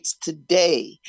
today